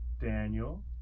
Daniel